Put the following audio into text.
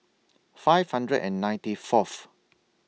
five hundred and ninety Fourth